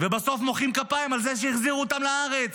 ובסוף מוחאים כפיים על זה שהחזירו אותם לארץ.